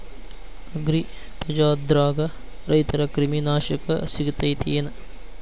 ಅಗ್ರಿಬಜಾರ್ದಾಗ ರೈತರ ಕ್ರಿಮಿ ನಾಶಕ ಸಿಗತೇತಿ ಏನ್?